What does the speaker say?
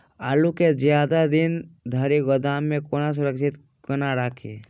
आलु केँ जियादा दिन धरि गोदाम मे कोना सुरक्षित कोना राखि?